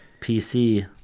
PC